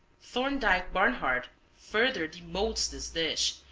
thorndike-barnhart further demotes this dish,